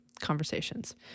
conversations